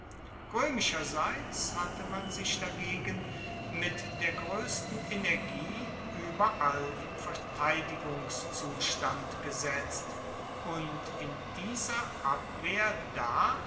roemischerseits hatte man sich dagegen mit der groessten energie ueberall in verteidigungszustand gesetzt und in dieser abwehr da